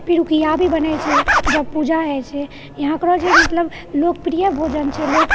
पिरुकिआ भी बनैत छै जब पूजा होय छै यहाँकरो जे मतलब लोकप्रिय भोजन छै लोक